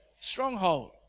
stronghold